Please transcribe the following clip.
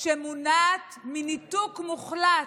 שמונעת מניתוק מוחלט.